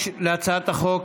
יש להצעת החוק